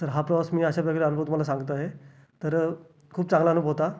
तर हा प्रवास मी अशा प्रकारे अनुभव तुम्हाला सांगत आहे तर खूप चांगला अनुभव होता